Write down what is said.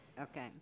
Okay